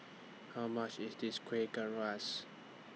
How much IS This Kueh